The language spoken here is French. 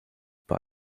par